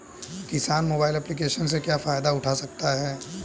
किसान mobile application से क्या फायदा उठा सकता है?